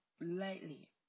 lightly